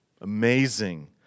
amazing